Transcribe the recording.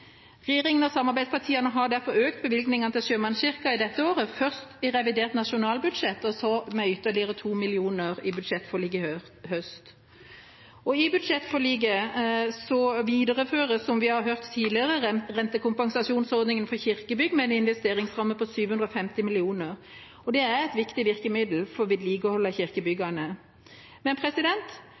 og samarbeidspartiene har derfor økt bevilgningen til Sjømannskirken dette året – først i revidert nasjonalbudsjett og så med ytterligere 2 mill. kr i budsjettforliket i høst. I budsjettforliket videreføres, som vi har hørt tidligere, rentekompensasjonsordningen for kirkebygg med en investeringsramme på 750 mill. kr, og det er et viktig virkemiddel for vedlikehold av